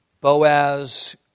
Boaz